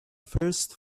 first